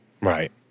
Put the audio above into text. right